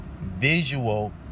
visual